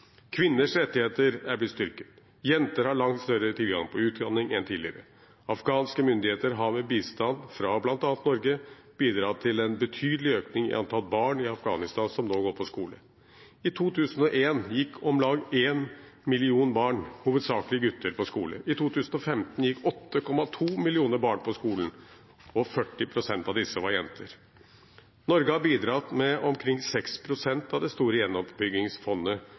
Kvinners rettigheter er blitt styrket. Jenter har langt større tilgang på utdanning nå enn tidligere. Afghanske myndigheter har med bistand fra bl.a. Norge bidratt til en betydelig økning i antall barn i Afghanistan som går på skole. I 2001 gikk om lag 1 million barn, hovedsakelig gutter, på skole. I 2015 gikk 8,2 millioner barn på skolen, og 40 pst. av disse var jenter. Norge har bidratt med omkring 6 pst. av det store gjenoppbyggingsfondet